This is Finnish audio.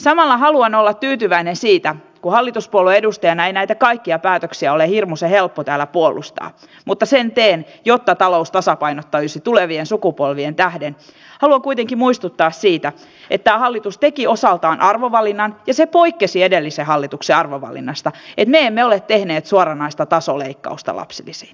samalla haluan olla tyytyväinen siihen kun hallituspuolueen edustajana ei näitä kaikkia päätöksiä ole hirmuisen helppo täällä puolustaa mutta sen teen jotta talous tasapainottuisi tulevien sukupolvien tähden ja haluan kuitenkin muistuttaa siitä että tämä hallitus teki osaltaan arvovalinnan ja poikkesi edellisen hallituksen arvovalinnasta että me emme ole tehneet suoranaista tasoleikkausta lapsilisiin